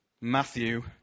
Matthew